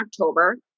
October